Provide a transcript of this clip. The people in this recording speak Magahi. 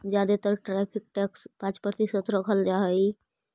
जादे तर टैरिफ टैक्स पाँच प्रतिशत रखल जा हई